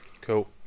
cool